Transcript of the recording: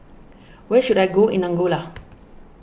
where should I go in Angola